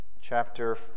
chapter